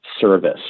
service